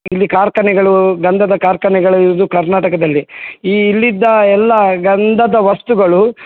ಇಲ್ಲಿ ಕಾರ್ಖಾನೆಗಳು ಗಂಧದ ಕಾರ್ಖಾನೆಗಳು ಇದು ಕರ್ನಾಟಕದಲ್ಲಿ ಈ ಇಲ್ಲಿದ್ದ ಎಲ್ಲ ಗಂಧದ ವಸ್ತುಗಳು